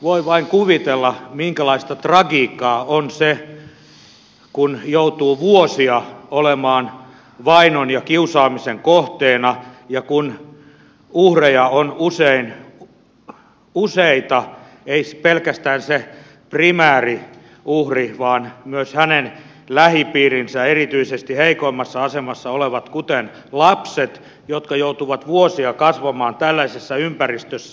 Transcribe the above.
voin vain kuvitella minkälaista tragiikkaa on se kun joutuu vuosia olemaan vainon ja kiusaamisen kohteena ja kun uhreja on useita ei pelkästään se primääriuhri vaan myös hänen lähipiirinsä erityisesti heikoimmassa asemassa olevat kuten lapset jotka joutuvat vuosia kasvamaan tällaisessa ympäristössä